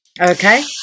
Okay